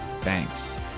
thanks